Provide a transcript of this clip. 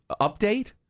update